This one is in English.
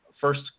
first